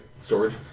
Storage